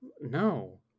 No